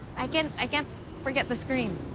i can't, i can't forget the scream.